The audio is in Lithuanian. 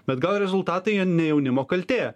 bet gal rezultatai ne jaunimo kaltė